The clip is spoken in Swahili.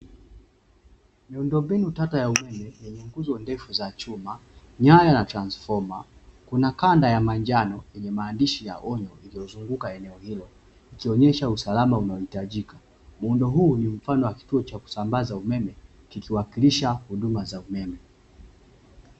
Miundombinu tata ya umeme yenye nguzo ndefu za chuma, nyaya na transifoma. Kuna kanda ya manjano yenye maandishi ya onyo yaliyozunguka eneo hilo, ikionyesha usalama unaohitajika. Muundo huu ni mfano wa kituo cha kusambaza umeme, kikiwakilisha huduma za umeme.